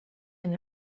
and